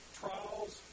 trials